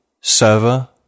server